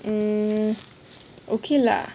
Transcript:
mm okay lah